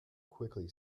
quickly